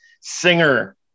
singer